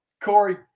Corey